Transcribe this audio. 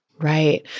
Right